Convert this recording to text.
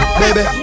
baby